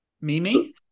Mimi